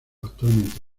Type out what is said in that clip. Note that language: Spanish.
actualmente